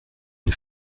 une